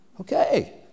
Okay